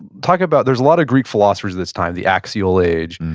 talk about, there's a lot of greek philosophers of this time, the axial age.